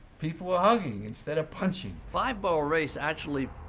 people were hugging instead of punching. five-borough race actually